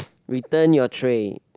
return your tray